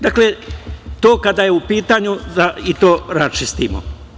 Dakle, to kada je u pitanju da i to raščistimo.